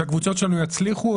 שהקבוצות שלנו יצליחו,